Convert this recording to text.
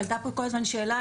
עלתה פה כל הזמן שאלה,